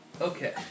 okay